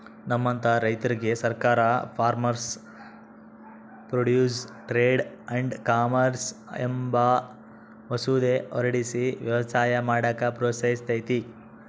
ನಮ್ಮಂತ ರೈತುರ್ಗೆ ಸರ್ಕಾರ farmers produce trade and commerce ಅಂಬ ಮಸೂದೆ ಹೊರಡಿಸಿ ವ್ಯವಸಾಯ ಮಾಡಾಕ ಪ್ರೋತ್ಸಹಿಸ್ತತೆ